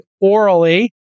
orally